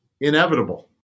Inevitable